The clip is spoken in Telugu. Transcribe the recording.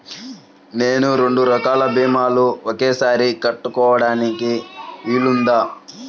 నేను రెండు రకాల భీమాలు ఒకేసారి కట్టడానికి వీలుందా?